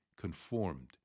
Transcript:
conformed